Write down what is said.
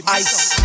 ice